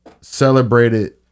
celebrated